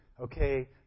okay